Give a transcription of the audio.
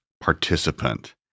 participant